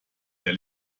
der